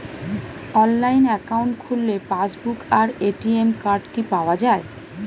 Online account খুললে passbook আর ATM card কি পাওয়া যায়?